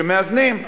ומאזנים.